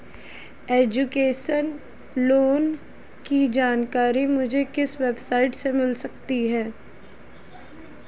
Education loan की जानकारी मुझे किस वेबसाइट से मिल सकती है?